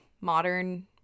modern